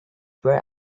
where